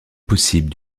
possible